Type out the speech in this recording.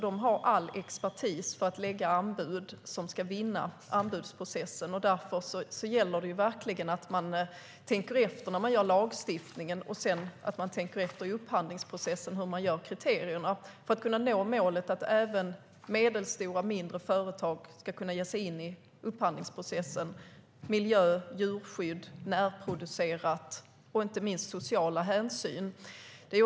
De har all expertis som behövs för att lägga anbud som ska vinna anbudsprocessen. Därför gäller det verkligen att man tänker efter när man gör lagstiftningen och att man sedan tänker efter när man gör kriterierna inför upphandlingsprocessen - för att nå målet att även medelstora och mindre företag ska kunna ge sig in i upphandlingsprocessen med hänsyn till miljö, djurskydd, närproducerat och inte minst sociala aspekter.